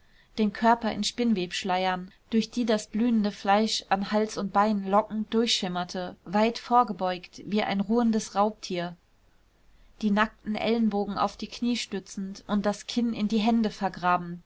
den körper in spinnwebschleiern durch die das blühende fleisch an hals und beinen lockend durchschimmerte weit vorgebeugt wie ein ruhendes raubtier die nackten ellbogen auf die knie stützend und das kinn in die hände vergraben